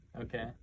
okay